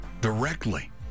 directly